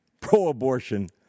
pro-abortion